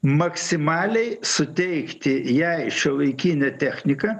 maksimaliai suteikti jai šiuolaikinę techniką